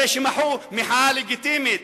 הרי הם מחו מחאה לגיטימית,